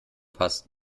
passt